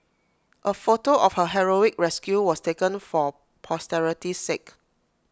A photo of her heroic rescue was taken for posterity's sake